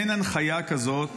אין הנחיה כזאת